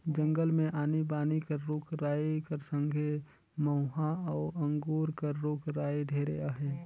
जंगल मे आनी बानी कर रूख राई कर संघे मउहा अउ अंगुर कर रूख राई ढेरे अहे